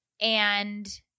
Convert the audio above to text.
and-